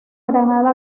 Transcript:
granada